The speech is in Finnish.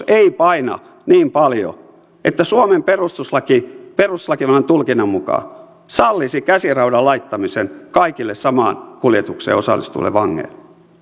ei paina niin paljon että suomen perustuslaki perustuslaki perustuslakivaliokunnan tulkinnan mukaan sallisi käsirautojen laittamisen kaikille samaan kuljetukseen osallistuville vangeille